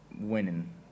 Winning